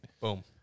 Boom